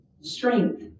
strength